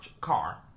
car